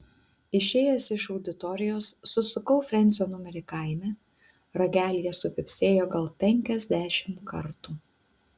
išėjęs iš auditorijos susukau frensio numerį kaime ragelyje supypsėjo gal penkiasdešimt kartų